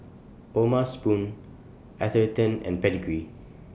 O'ma Spoon Atherton and Pedigree